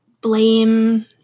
blame